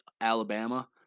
Alabama